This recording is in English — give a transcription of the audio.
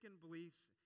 beliefs